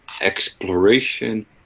exploration